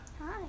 hi